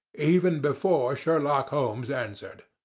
even before sherlock holmes answered.